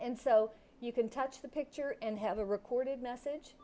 and so you can touch the picture and have a recorded message